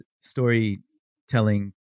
storytelling